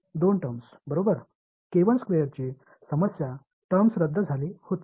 दोन टर्म्स बरोबर ची सामान्य टर्म्स रद्द झाली होती